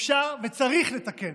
אפשר וצריך לתקן